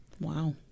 Wow